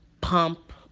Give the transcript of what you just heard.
pump